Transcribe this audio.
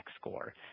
score